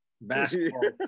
basketball